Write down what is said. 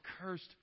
cursed